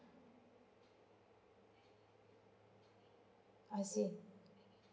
I see